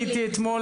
הייתי אתמול